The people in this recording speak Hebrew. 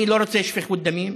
אני לא רוצה שפיכות דמים,